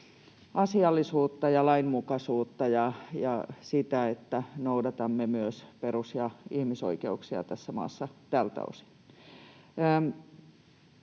asiallisuutta ja lainmukaisuutta ja sitä, että noudatamme myös perus- ja ihmisoikeuksia tässä maassa tältä osin.